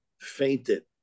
fainted